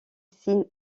signe